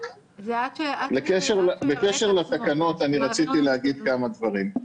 בקשר לתקנות, רציתי להגיד כמה דברים.